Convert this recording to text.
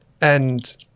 And-